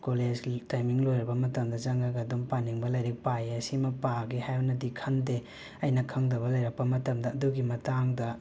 ꯀꯣꯂꯦꯁ timing ꯂꯣꯏꯔꯕ ꯃꯇꯝꯗ ꯆꯪꯂꯒ ꯑꯗꯨꯝ ꯄꯥꯅꯤꯡꯕ ꯂꯥꯏꯔꯤꯛ ꯄꯥꯏꯌꯦ ꯁꯤꯃ ꯄꯥꯒꯦ ꯍꯥꯏꯅꯗꯤ ꯈꯟꯗꯦ ꯑꯩꯅ ꯈꯪꯗꯕ ꯂꯩꯔꯛꯄ ꯃꯇꯝꯗ ꯑꯗꯨꯒꯤ ꯃꯇꯥꯡꯗ